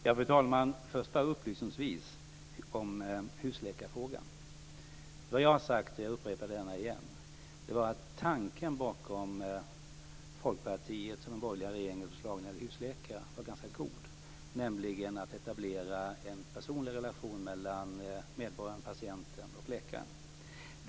Fru talman! Bara upplysningsvis om husläkarfrågan: Jag har sagt - och jag upprepar det gärna igen - att tanken bakom Folkpartiets och den borgerliga regeringens förslag om husläkare, att etablera en personlig relation mellan medborgaren, patienten och läkaren, var ganska god.